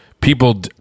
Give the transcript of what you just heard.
people